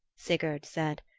sigurd said,